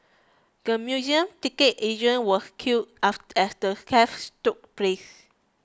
the museum ticket agent was killed as the theft took place